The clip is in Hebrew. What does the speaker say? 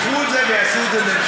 שייקחו את זה ויעשו את זה ממשלתי.